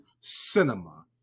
cinema